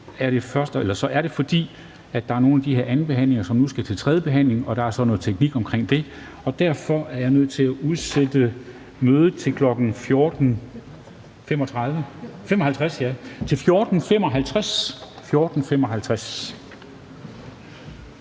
nu, er det, fordi der er nogle af de her andenbehandlinger, som nu skal til tredje behandling, og der er altså noget teknik i forbindelse med det. Derfor er jeg nødt til at slutte mødet.